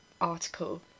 article